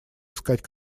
искать